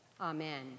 Amen